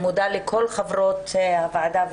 אני מודה לכל חברות הוועדה.